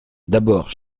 d’abord